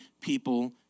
people